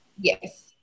Yes